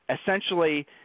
essentially